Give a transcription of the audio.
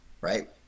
right